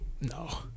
No